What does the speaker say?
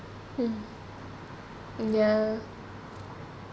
uh uh ya